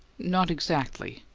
not exactly!